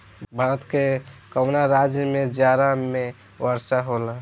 भारत के कवना राज्य में जाड़ा में वर्षा होला?